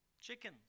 chicken